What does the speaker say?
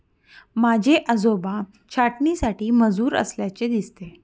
माझे आजोबा छाटणीसाठी मजूर असल्याचे दिसते